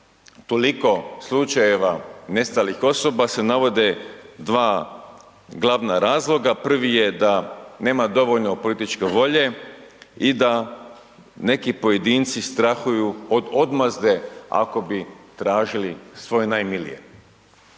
toliko slučajeva nestalih osoba se navode dva glavna razloga. Prvi je da nema dovoljno političke volje i da neki pojedinci strahuju od odmazde ako bi tražili svoje najmilije.